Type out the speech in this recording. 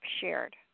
shared